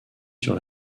sur